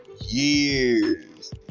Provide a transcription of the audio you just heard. Years